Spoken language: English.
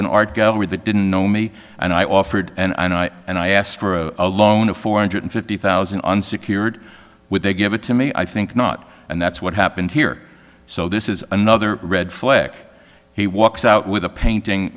an art gallery that didn't know me and i offered and i and i asked for a loan of four hundred fifty thousand unsecured would they give it to me i think not and that's what happened here so this is another red flag he walks out with a painting